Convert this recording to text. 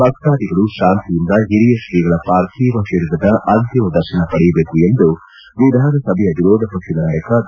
ಭಕ್ತಾದಿಗಳು ಶಾಂತಿಯಿಂದ ಹಿರಿಯ ಶ್ರೀಗಳ ಪಾರ್ಥಿವ ಶರೀರದ ಅಂತಿಮ ದರ್ಶನ ಪಡೆಯಬೇಕು ಎಂದು ವಿಧಾನಸಭೆಯ ವಿರೋಧ ಪಕ್ಷದ ನಾಯಕ ಬಿ